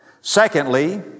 Secondly